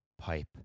pipe